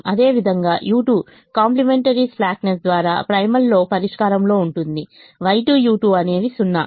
అదేవిధంగా u2 complementary slackness ద్వారా ప్రైమల్లో పరిష్కారంలో ఉంటుంది Y2 u2 అనేవి 0